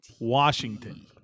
Washington